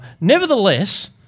Nevertheless